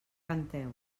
canteu